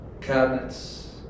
cabinets